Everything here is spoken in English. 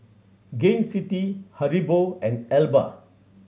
Gain City Haribo and Alba